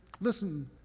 Listen